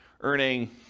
earning